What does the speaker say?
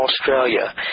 Australia